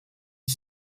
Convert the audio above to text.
une